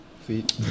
feet